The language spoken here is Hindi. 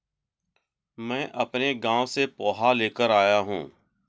मैं अपने गांव से पोहा लेकर आया हूं